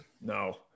No